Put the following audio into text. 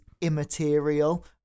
immaterial